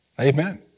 Amen